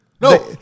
No